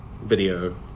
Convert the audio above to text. video